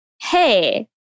hey